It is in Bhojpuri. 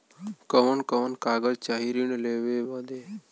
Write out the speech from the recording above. कवन कवन कागज चाही ऋण लेवे बदे?